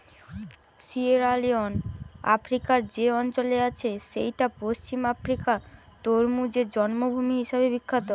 Sierra Leone আফ্রিকার যে অঞ্চলে আছে সেইটা পশ্চিম আফ্রিকার তরমুজের জন্মভূমি হিসাবে বিখ্যাত